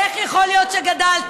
איך יכול להיות שגדלתם?